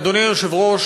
אדוני היושב-ראש,